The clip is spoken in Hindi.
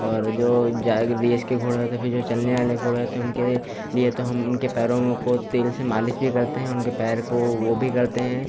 और जो रेस के घोड़े होते हैं और फिर जो चलने वाले घोड़े होते हैं उनके लिए तो हम उनके पैरों को तेल से मालिश भी करते हैं उनके पैर को वह भी करते हैं